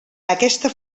aquesta